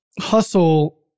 hustle